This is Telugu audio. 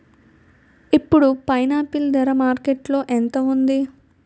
ఇప్పుడు పైనాపిల్ ధర మార్కెట్లో ఎంత ఉంది?